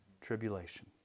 tribulation